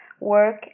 work